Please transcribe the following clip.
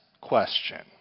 question